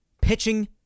pitching